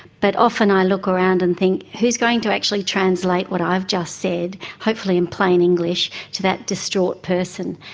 but often i look around and think who is going to actually translate what i've just said hopefully in plain english to that distraught person?